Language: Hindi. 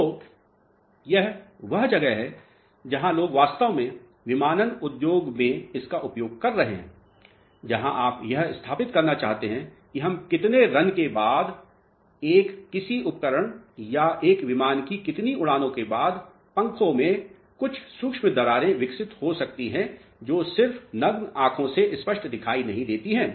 तो यह वह जगह है जहां लोग वास्तव में विमानन उद्योग में इसका उपयोग कर रहे हैं जहां आप यह स्थापित करना चाहते हैं कि हम कितने रन के बाद एक किसी उपकरण या एक विमान की कितनी उड़ान के बाद पंखों में कुछ सूक्ष्म दरारें विकसित हो सकती हैं जो सिर्फ नग्न आंखों से स्पष्ट दिखाई नहीं देती हैं